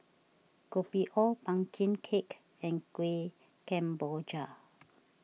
Kopi O Pumpkin Cake and Kueh Kemboja